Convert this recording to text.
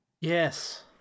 Yes